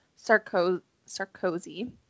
Sarkozy